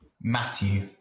Matthew